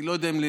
אני לא יודע אם,